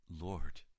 Lord